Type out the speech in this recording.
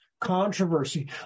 controversy